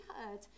heard